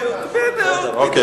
תן לנו ללמוד משהו.